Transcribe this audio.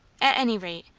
at any rate,